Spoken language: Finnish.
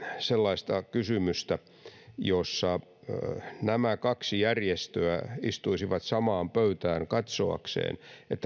sellaista kysymystä että nämä kaksi järjestöä istuisivat samaan pöytään katsoakseen